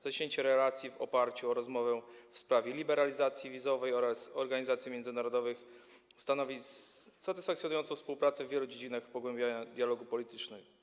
Zacieśnienie relacji w oparciu o rozmowę w sprawie liberalizacji wizowej oraz organizacji międzynarodowych stanowi satysfakcjonującą współpracę w wielu dziedzinach pogłębiania dialogu politycznego.